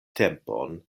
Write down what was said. tempon